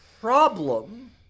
problem